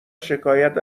شکایت